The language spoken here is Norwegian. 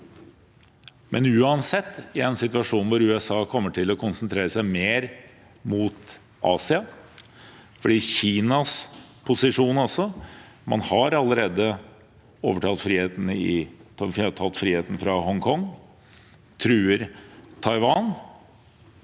er uansett en situasjon hvor USA kommer til å konsentrere seg mer mot Asia på grunn av Kinas posisjon. Kina har allerede tatt friheten fra Hongkong, og de truer Taiwan.